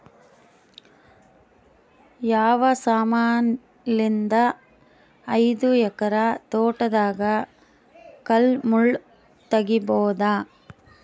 ಯಾವ ಸಮಾನಲಿದ್ದ ಐದು ಎಕರ ತೋಟದಾಗ ಕಲ್ ಮುಳ್ ತಗಿಬೊದ?